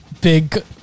big